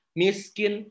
miskin